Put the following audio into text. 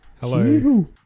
Hello